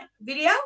video